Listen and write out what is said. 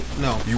No